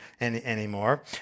anymore